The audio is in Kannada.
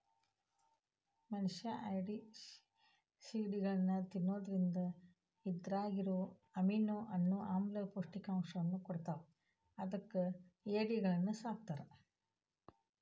ಮನಷ್ಯಾ ಏಡಿ, ಸಿಗಡಿಗಳನ್ನ ತಿನ್ನೋದ್ರಿಂದ ಇದ್ರಾಗಿರೋ ಅಮೈನೋ ಅನ್ನೋ ಆಮ್ಲ ಪೌಷ್ಟಿಕಾಂಶವನ್ನ ಕೊಡ್ತಾವ ಅದಕ್ಕ ಏಡಿಗಳನ್ನ ಸಾಕ್ತಾರ